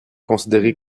considéré